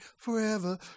forever